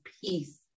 peace